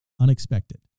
unexpected